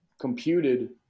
computed